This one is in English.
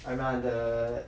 ஆமா அந்த:aamaa antha